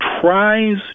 tries